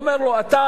אומר לו: אתה,